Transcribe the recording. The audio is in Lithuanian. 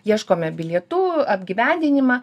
ieškome bilietų apgyvendinimą